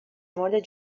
مورد